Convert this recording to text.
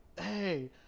hey